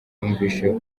numvise